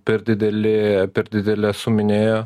per dideli per didelę suminėjo